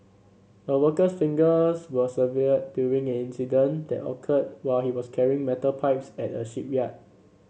a worker's fingers were severed during an incident that occurred while he was carrying metal pipes at a shipyard